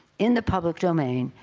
in the public domain,